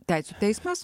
teisių teismas